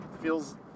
Feels